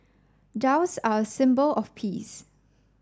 doves are a symbol of peace